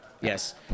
Yes